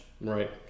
Right